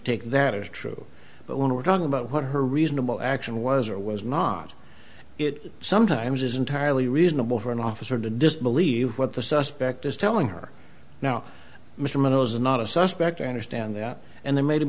take that is true but when we're talking about what her reasonable action was or was not it sometimes is entirely reasonable for an officer to disbelieve what the suspect is telling her now mr mihos not a suspect understand that and they ma